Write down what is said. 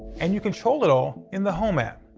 and you control it all in the home app,